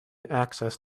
access